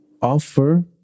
offer